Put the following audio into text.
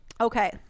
Okay